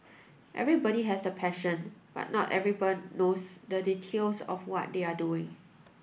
everybody has the passion but not everyone knows the details of what they are doing